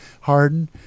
Harden